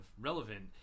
relevant